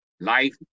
life